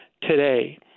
today